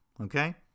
Okay